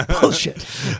Bullshit